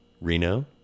Reno